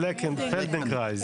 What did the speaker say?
פלקנרייז.